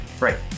Right